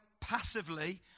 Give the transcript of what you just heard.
passively